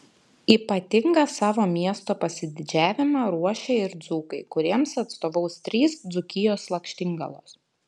ypatingą savo miesto pasididžiavimą ruošia ir dzūkai kuriems atstovaus trys dzūkijos lakštingalos